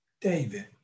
David